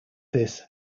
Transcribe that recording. this